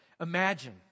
Imagine